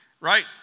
Right